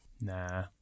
Nah